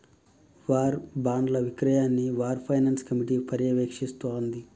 war బాండ్ల విక్రయాన్ని war finance committee పర్యవేక్షిస్తాంది